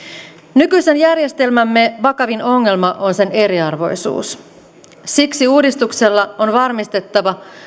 nykyisen järjestelmämme vakavin ongelma on sen eriarvoisuus siksi uudistuksella on varmistettava